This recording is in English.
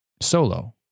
solo